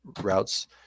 routes